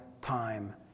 time